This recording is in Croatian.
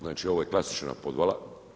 Znači, ovo je klasična podvala.